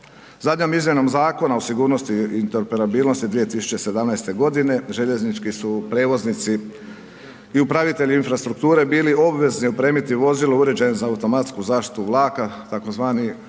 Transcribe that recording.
Zadnjom izmjenom Zakona o sigurnosti i interoperabilnosti 2017. g., željeznički su prijevoznici u upravitelji infrastrukture bili obvezni opremiti vozilo uređeno za automatsku zaštitu vlaka tzv.